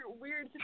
weird